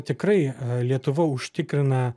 tikrai lietuva užtikrina